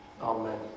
Amen